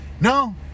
No